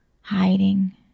hiding